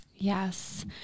Yes